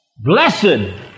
Blessed